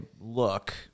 look